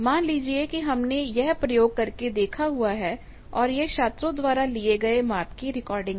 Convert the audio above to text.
मान लीजिए कि हमने यह प्रयोग करके देखा हुआ है और यह छात्रों द्वारा लिए गए माप की रिकॉर्डिंग है